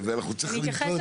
על